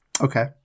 Okay